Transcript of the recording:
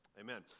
Amen